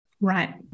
Right